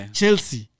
Chelsea